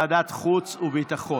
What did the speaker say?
ותעבור לדיון בוועדת חוץ וביטחון.